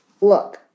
Look